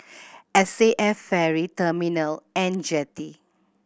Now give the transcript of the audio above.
S A F Ferry Terminal And Jetty